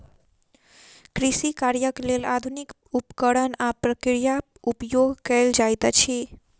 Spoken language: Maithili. कृषि कार्यक लेल आधुनिक उपकरण आ प्रक्रिया उपयोग कयल जाइत अछि